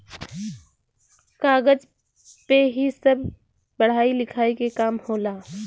कागज पे ही सब पढ़ाई लिखाई के काम होला